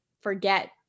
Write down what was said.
forget